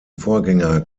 vorgänger